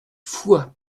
foix